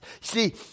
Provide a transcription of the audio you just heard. See